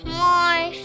more